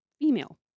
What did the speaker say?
female